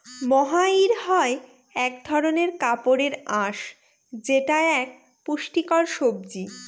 মহাইর হয় এক ধরনের কাপড়ের আঁশ যেটা এক পুষ্টিকর সবজি